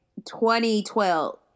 2012